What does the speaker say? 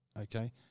Okay